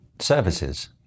services